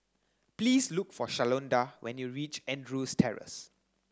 please look for Shalonda when you reach Andrews Terrace